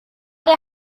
der